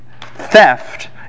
theft